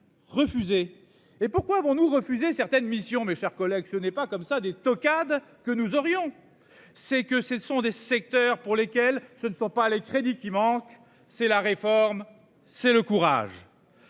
Refuser et pourquoi avons-nous refuser certaines missions, mes chers collègues, ce n'est pas comme ça des tocade que nous aurions.-- C'est que ce sont des secteurs pour lesquels ce ne sont pas les crédits qui manque, c'est la réforme, c'est le courage.--